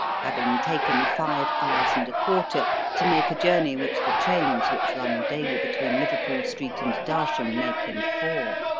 having taken five hours and a quarter to make a journey which the trains which run daily between liverpool street and darsham make in four.